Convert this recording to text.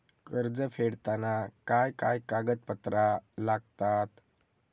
कर्ज फेडताना काय काय कागदपत्रा लागतात?